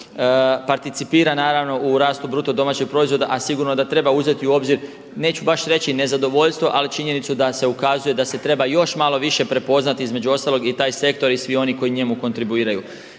participira u rastu BDP-a a sigurno da treba uzeti u obzir neću baš reći nezadovoljstvo ali činjenicu da se ukazuje da se treba još malo više prepoznati između ostalog i taj sektor i svi oni koji njemu kontribuiraju.